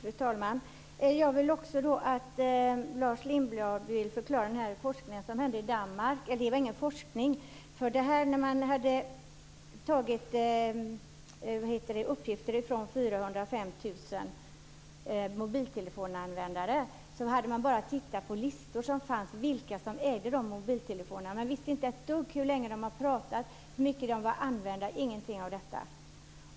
Fru talman! Jag vill också att Lars Lindblad förklarar det som gjordes i Danmark. Man tog uppgifter från 425 000 mobiltelefonanvändare, men man hade bara tittat på listor som fanns över vilka som ägde mobiltelefonerna. Man visste inte ett dugg om hur länge de hade pratat eller hur mycket telefonerna var använda - man visste ingenting om detta.